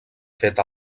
feta